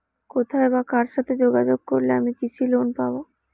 কোথায় বা কার সাথে যোগাযোগ করলে আমি কৃষি লোন পাব?